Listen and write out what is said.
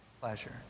pleasure